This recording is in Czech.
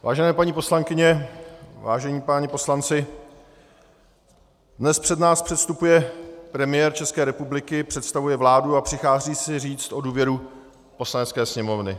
Vážené paní poslankyně, vážení páni poslanci, dnes před nás předstupuje premiér České republiky, představuje vládu a přichází si říct o důvěru Poslanecké sněmovny.